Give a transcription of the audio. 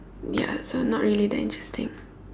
ya so not really that interesting